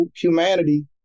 humanity